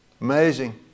Amazing